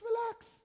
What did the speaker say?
relax